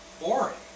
boring